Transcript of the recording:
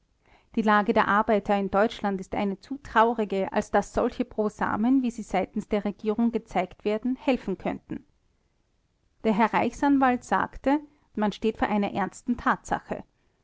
die lage der arbeiter in deutschland ist eine zu traurige als daß solche brosamen wie sie seitens der regierung gezeigt werden helfen können der herr reichsanwalt sagte man steht vor einer ernsten tatsache